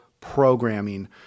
programming